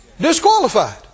disqualified